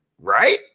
Right